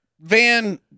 van